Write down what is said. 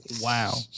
Wow